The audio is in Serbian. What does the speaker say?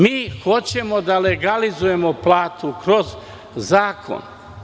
Mi hoćemo da legalizujemo platu kroz zakon.